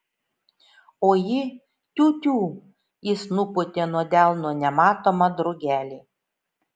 o ji tiu tiū jis nupūtė nuo delno nematomą drugelį